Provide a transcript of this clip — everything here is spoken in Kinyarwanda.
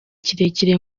kirekire